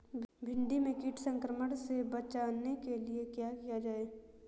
भिंडी में कीट संक्रमण से बचाने के लिए क्या किया जाए?